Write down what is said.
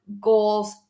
goals